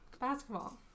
Basketball